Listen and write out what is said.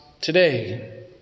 today